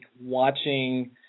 watching